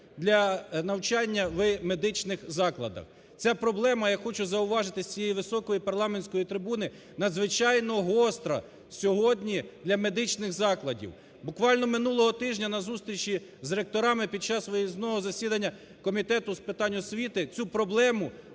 для навчання в медичних закладах. Ця проблема, я хочу зауважити з цієї високої парламентської трибуни, надзвичайно гостра сьогодні для медичних закладів. Буквально минулого тижня на зустрічі з ректорами під час виїзного засідання Комітету з питань освіти, цю проблему